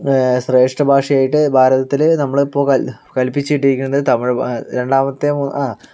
ശ്രേഷ്ഠ് ഭാഷയായിട്ട് ഭാരതത്തിൽ നമ്മൾ ഇപ്പോൾ കൽ കൽപ്പിച്ചു കിട്ടിയിരിക്കുന്നത് തമിഴ് രണ്ടാമത്തെ മൂന്നാമത്തെ ആ